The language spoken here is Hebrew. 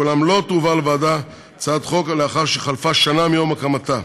אולם לא תועבר לוועדה הצעת חוק לאחר שחלפה שנה מיום הקמתה.